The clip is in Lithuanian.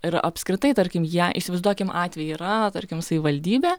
ir apskritai tarkim jie įsivaizduokim atvejį yra tarkim savivaldybė